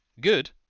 good